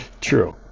true